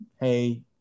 hey